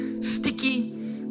Sticky